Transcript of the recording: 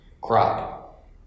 crop